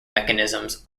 mechanisms